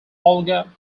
olga